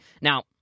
now